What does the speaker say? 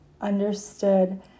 understood